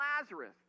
Lazarus